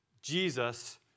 Jesus